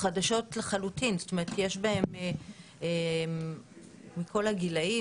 כל הבקשות חדשות לחלוטין, ויש מכל הגילאים.